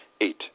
eight